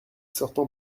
sortant